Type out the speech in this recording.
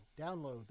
Download